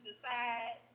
decide